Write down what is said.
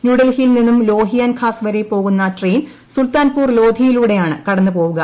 ന്യൂഡൽഹിയിൽ നിന്നും ലോഹിയാൻ ഖാസ് വരെ പോകുന്ന ട്രെയിൻ സൂൽത്താൻപൂർ ലോധിയിലൂടെയാണ് കടന്നു പോവുക